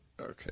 Okay